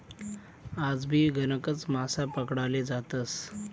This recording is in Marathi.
आजबी गणकच मासा पकडाले जातस